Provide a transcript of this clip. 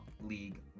League